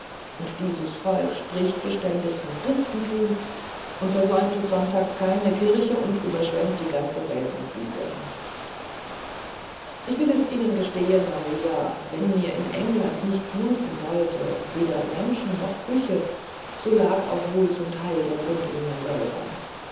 und dieses volk spricht beständig von christentum und versäumt des sonntags keine kirche und überschwemmt die ganze welt mit bibeln ich will es ihnen gestehen maria wenn mir in england nichts munden wollte weder menschen noch küche so lag auch wohl zum teil der grund in mir selber